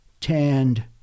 tanned